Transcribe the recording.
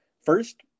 First